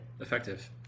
effective